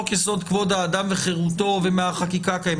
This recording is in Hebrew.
יסוד: כבוד האדם וחירותו ומהחקיקה הקיימת.